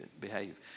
behave